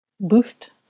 boost